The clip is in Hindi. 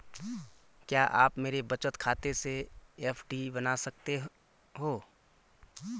क्या आप मेरे बचत खाते से एफ.डी बना सकते हो?